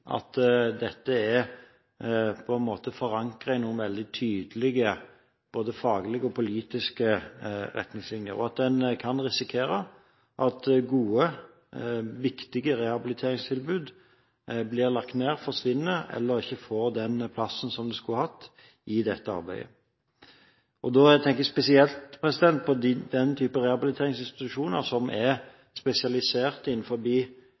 at dette er forankret i noen veldig tydelige faglige og politiske retningslinjer, og at en kan risikere at gode, viktige rehabiliteringstilbud blir lagt ned – forsvinner – eller ikke får den plassen de skulle hatt i dette arbeidet. Da tenker jeg spesielt på den typen rehabiliteringsinstitusjoner som